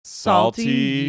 salty